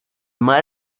mar